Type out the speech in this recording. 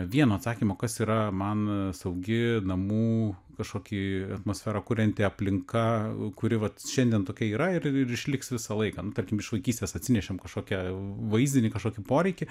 vieno atsakymo kas yra man saugi namų kažkokį atmosferą kurianti aplinka kuri vat šiandien tokia yra ir ir išliks visą laiką nu tarkim iš vaikystės atsinešėm kažkokią vaizdinį kažkokį poreikį